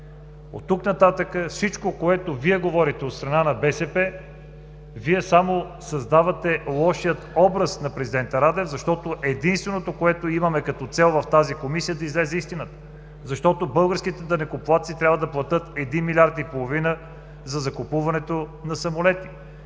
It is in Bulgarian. От тук нататък всичко, което Вие говорите от страна на БСП, само създавате лошия образ на президента Радев, защото единственото, което имаме като цел в тази Комисия, е да излезе истината. Защото българските данъкоплатци трябва да платят един милиард и половина за закупуването на самолети.